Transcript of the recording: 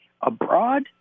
abroad